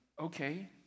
okay